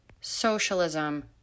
socialism